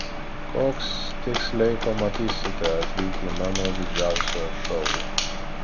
koks tiksliai pamatysite atvykę į mano didžiausią šou